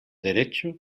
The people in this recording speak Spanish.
derecho